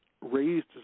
Raised